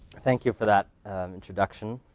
thank you for that introduction